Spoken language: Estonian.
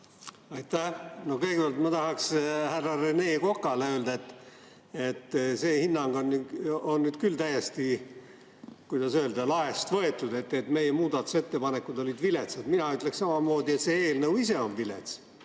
Aitäh! No kõigepealt ma tahaks härra Rene Kokale öelda, et see hinnang on nüüd küll täiesti, kuidas öelda, laest võetud, et meie muudatusettepanekud olid viletsad. Mina ütleksin samamoodi, et see eelnõu ise on vilets.